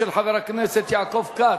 של חבר הכנסת יעקב כץ,